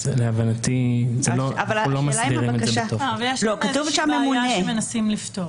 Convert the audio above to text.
זאת בעיה שאנחנו מנסים לפתור.